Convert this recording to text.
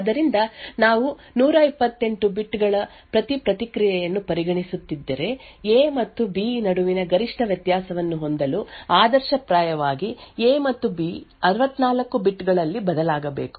ಆದ್ದರಿಂದ ನಾವು 128 ಬಿಟ್ ಗಳ ಪ್ರತಿ ಪ್ರತಿಕ್ರಿಯೆಯನ್ನು ಪರಿಗಣಿಸುತ್ತಿದ್ದರೆ ಎ ಮತ್ತು ಬಿ ನಡುವಿನ ಗರಿಷ್ಠ ವ್ಯತ್ಯಾಸವನ್ನು ಹೊಂದಲು ಆದರ್ಶಪ್ರಾಯವಾಗಿ ಎ ಮತ್ತು ಬಿ 64 ಬಿಟ್ ಗಳಲ್ಲಿ ಬದಲಾಗಬೇಕು